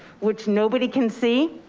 which nobody can see.